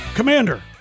Commander